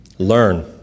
Learn